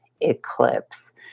eclipse